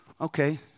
okay